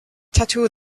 tattoo